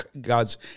god's